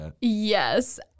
Yes